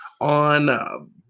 on